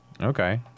Okay